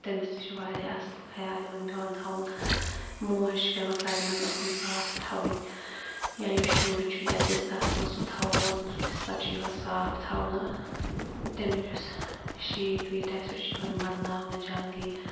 تٔمِس تہِ چھُ واریاہ اصٕل خَیال یِوان پیٚوان تھاوُن موج چھِ پیٚوان ساروی مَنٛز اہم صاف تھَوٕنۍ یا یُس شُر چھُ یا یتھ بِستَرَس مَنٛز سُہ تھاوون سُہ بِستَر چھُ یِوان صاف تھاونہٕ تمیُک یُس شیٖٹ ویٖٹ آسہِ سُہ چھُ یِوان بَدلاونہٕ جَلدی